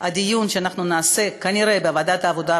הדיון שאנחנו נעשה כנראה בוועדת העבודה,